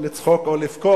אם לצחוק או לבכות,